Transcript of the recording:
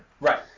Right